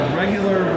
regular